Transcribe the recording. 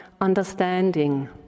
understanding